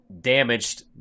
damaged